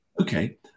okay